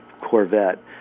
Corvette